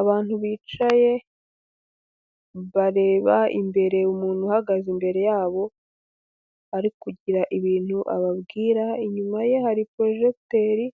Abantu bicaye bareba imbere umuntu uhagaze imbere yabo, ari kugira ibintu ababwira, inyuma ye hari porojegiteri,